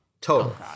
Total